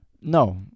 No